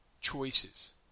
choices